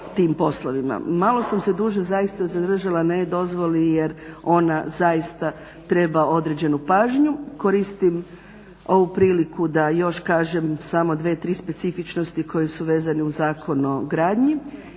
Malo sam se duže zaista zadržala na E-dozvoli jer ona zaista treba određenu pažnju. Koristim ovu priliku da još kažem samo dvije, tri specifičnosti koje su vezane uz Zakon o gradnji.